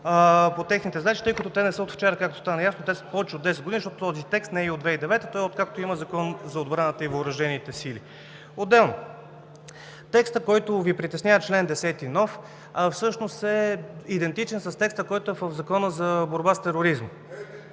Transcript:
те са повече от десет години, защото този текст не е от 2009 г., той е откакто има Закон за отбраната и въоръжените сили. Отделно, текстът, който Ви притеснява – новият чл. 10, всъщност е идентичен с текста, който е в Закона за борба с тероризма.